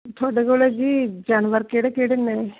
ਤੁਹਾਡੇ ਕੋਲ ਜੀ ਜਾਨਵਰ ਕਿਹੜੇ ਕਿਹੜੇ ਨੇ